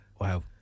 Wow